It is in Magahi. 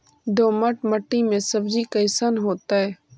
दोमट मट्टी में सब्जी कैसन होतै?